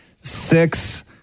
six